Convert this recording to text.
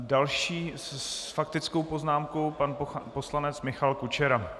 Další s faktickou poznámkou pan poslanec Michal Kučera.